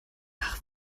nach